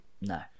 No